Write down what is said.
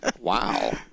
Wow